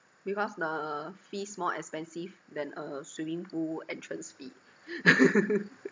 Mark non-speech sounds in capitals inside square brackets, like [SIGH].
because the fees more expensive than a swimming pool entrance fee [LAUGHS]